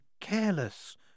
careless